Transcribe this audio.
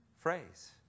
phrase